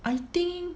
I think